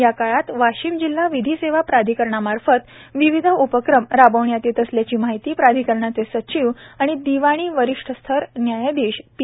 या काळात वाशिम जिल्हा विधी सेवा प्राधिकरणमार्फत विविध उपक्रम राबविण्यात येत असल्याची माहिती प्राधिकरणचे सचिव तथा दिवाणी वरिष्ठ स्तर न्यायाधीश पी